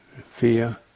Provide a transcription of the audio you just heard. fear